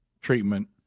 treatment